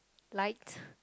light